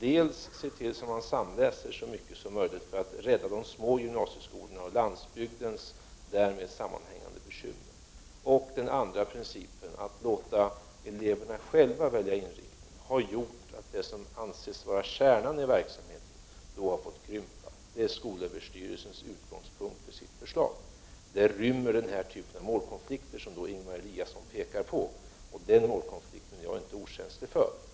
dels att se till att man samläser så mycket som möjligt för att rädda de små gymnasieskolorna och lösa landsbygdens därmed sammanhängande bekymmer, dels att låta eleverna själva välja inriktning, har gjort att det som anses vara kärnan i verksamheten har fått krympa. Det var utgångspunkten för skolöverstyrelsens förslag. Detta rymmer den typ av målkonflikter som Ingemar Eliasson pekar på. Den målkonflikten är jag inte okänslig för.